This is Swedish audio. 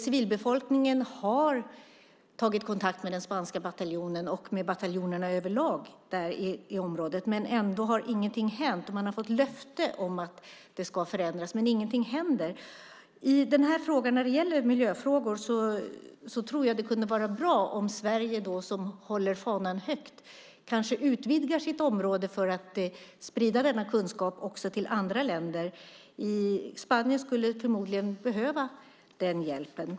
Civilbefolkningen har tagit kontakt med den spanska bataljonen och med bataljonerna överlag i området. Ändå har ingenting hänt. De har fått löfte om att det ska förändras, men ingenting händer. När det gäller miljöfrågor tror jag därför att det vore bra om Sverige, som håller fanan högt, utvidgade sitt område för att sprida denna kunskap också till andra länder. Spanien skulle förmodligen behöva den hjälpen.